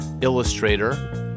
illustrator